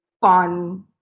fun